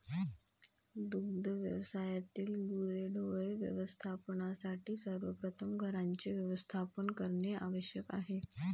दुग्ध व्यवसायातील गुरेढोरे व्यवस्थापनासाठी सर्वप्रथम घरांचे व्यवस्थापन करणे आवश्यक आहे